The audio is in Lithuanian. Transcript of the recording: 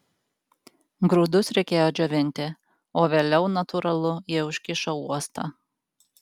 grūdus reikėjo džiovinti o vėliau natūralu jie užkišo uostą